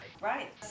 Right